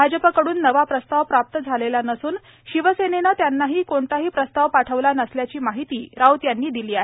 भाजपकडून नवा प्रस्ताव प्राप्त झालेला नसून शिवसेनेनं त्यांनाही कोणताही प्रस्ताव पाठवला नसल्याची माहितीही राऊत यांनी दिली आहे